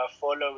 following